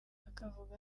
akavuga